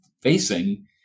facing